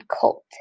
cult